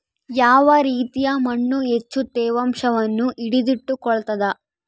ಯಾವ ರೇತಿಯ ಮಣ್ಣು ಹೆಚ್ಚು ತೇವಾಂಶವನ್ನು ಹಿಡಿದಿಟ್ಟುಕೊಳ್ತದ?